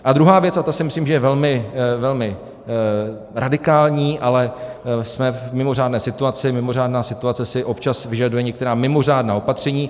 A druhá věc, a ta si myslím, že je velmi radikální, ale jsme v mimořádné situaci, mimořádná situace si občas vyžaduje některá mimořádná opatření.